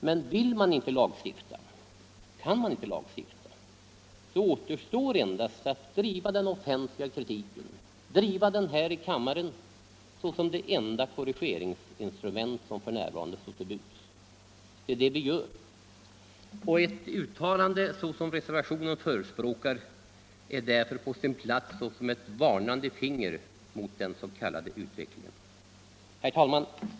Men vill man inte lagstifta, återstår endast att driva den offentliga kritiken, driva den här i kammaren såsom det enda korrigeringsinstrument som f. n. står till buds. Det är det vi gör. Ett uttalande av det slag reservationen förespråkar är därför på sin plats såsom ett varnande finger åt den s.k. utvecklingen. Herr talman!